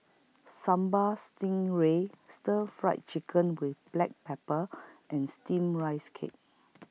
Sambal Stingray Stir Fried Chicken with Black Pepper and Steamed Rice Cake